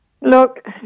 Look